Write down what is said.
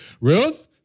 Ruth